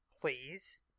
Please